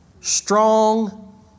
Strong